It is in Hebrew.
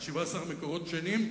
על 17 מקורות שונים,